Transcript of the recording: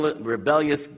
rebellious